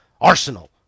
Arsenal